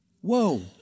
Whoa